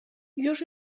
już